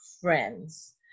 friends